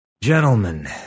Gentlemen